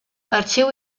arxiu